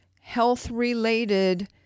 health-related